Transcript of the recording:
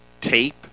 tape